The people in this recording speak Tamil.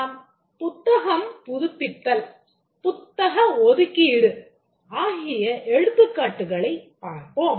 நாம் புத்தகம் புதுப்பித்தல் புத்தக ஒதுக்கீடு ஆகிய எடுத்துக்காட்டுகளைப் பார்த்தோம்